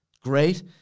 Great